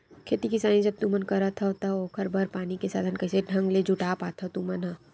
खेती किसानी जब तुमन करथव त ओखर बर पानी के साधन कइसे ढंग ले जुटा पाथो तुमन ह?